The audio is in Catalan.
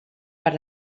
per